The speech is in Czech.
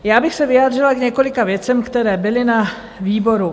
Já bych se vyjádřila k několika věcem, které byly na výboru.